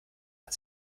hat